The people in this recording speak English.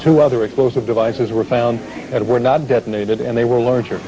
to other explosive devices were found that were not detonated and they were larger